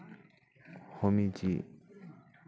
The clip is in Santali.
ᱦᱚᱢᱤᱡᱤ